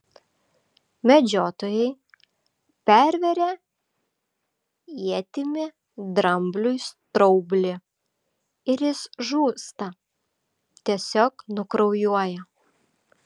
medžiotojai perveria ietimi drambliui straublį ir jis žūsta tiesiog nukraujuoja